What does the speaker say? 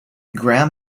graham